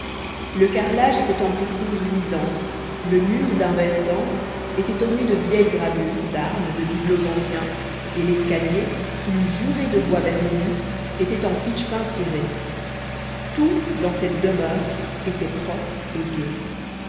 le carrelage était en briques rouges luisantes le mur d'un vert tendre était orné de vieilles gravures d'armes de bibelots anciens et l'escalier qu'il eût juré de bois vermoulu était en pitchpin ciré tout dans cette demeure était propre et gai